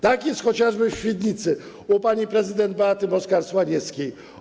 Tak jest chociażby w Świdnicy u pani prezydent Beaty Moskal-Słaniewskiej.